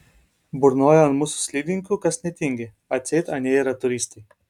burnoja ant mūsų slidininkų kas netingi atseit anie yra turistai